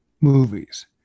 movies